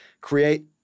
create